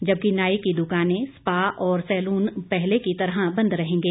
जबकि नाई की दुकानें स्पा और सैलून पहले की तरह बंद रहेंगे